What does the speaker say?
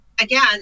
again